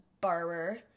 barber